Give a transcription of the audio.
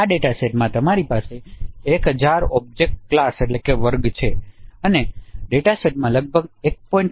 આ ડેટા સેટમાં તમારી પાસે 1000 ઑબ્જેક્ટ વર્ગો છે અને ડેટા સેટમાં લગભગ 1